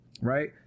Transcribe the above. right